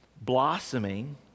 blossoming